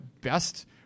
best